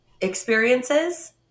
experiences